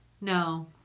No